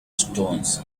stones